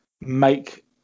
make